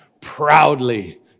proudly